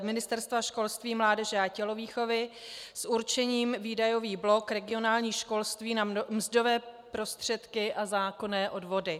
Ministerstvo školství, mládeže a tělovýchovy s určením výdajový blok regionální školství na mzdové prostředky a zákonné odvody.